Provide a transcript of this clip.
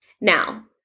Now